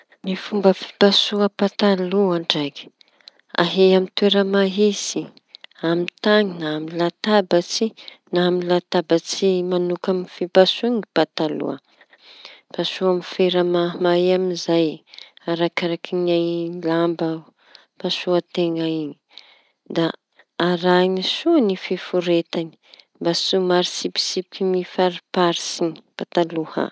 Ny fomba fipasoa pataloha ndraiky. Ahia amy toera mahitsy amy tany na amy latabatsy na amy latabatsy mañokaña fipasoha pataloha. Pasoha amy fera mahamay amizay arakaraky lambapasoa teña iñy. Arahiña soa ny fiforetañy mba tsy ho maro tsipitsipiky mifariparitsy.